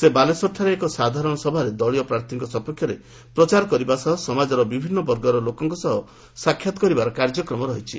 ସେ ବାଲେଶ୍ୱରଠାରେ ଏକ ସାଧାରଣ ସଭାରେ ଦଳୀୟ ପ୍ରାର୍ଥୀଙ୍କ ସପକ୍ଷରେ ପ୍ରଚାର କରିବା ସହ ସମାଜର ବିଭିନୁ ବର୍ଗର ଲୋକଙ୍କ ସହ ସାକ୍ଷାତ କରିବାର କାର୍ଯ୍ୟକ୍ରମ ରହିଛି